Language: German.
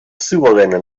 souveräne